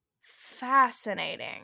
fascinating